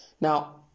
Now